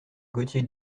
gaultier